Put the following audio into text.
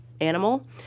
animal